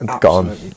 gone